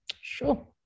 Sure